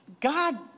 God